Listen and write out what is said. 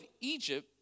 Egypt